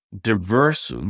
diverse